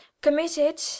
committed